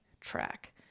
track